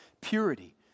purity